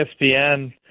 ESPN